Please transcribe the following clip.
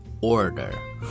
order